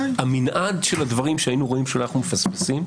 המנעד של הדברים שהיינו רואים שאנחנו מפספסים,